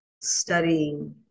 studying